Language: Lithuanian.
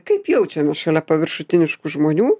kaip jaučiamės šalia paviršutiniškų žmonių